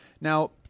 Now